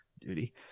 Duty